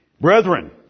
Brethren